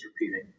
repeating